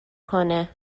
کنه